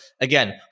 again